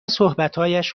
صحبتهایش